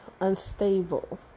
unstable